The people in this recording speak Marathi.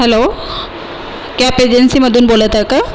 हॅलो कॅब एजन्सीमधून बोलत आहे का